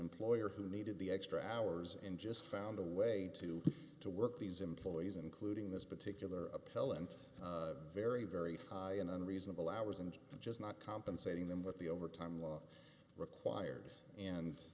employer who needed the extra hours and just found a way to to work these employees including this particular appellant very very in unreasonable hours and just not compensating them with the overtime law required and